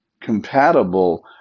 Compatible